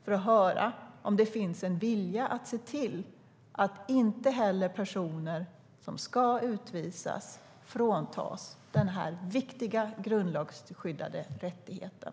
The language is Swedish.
Jag vill höra om det finns en vilja att se till att inte heller personer som ska utvisas fråntas den här viktiga, grundlagsskyddade rättigheten.